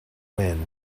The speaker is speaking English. wind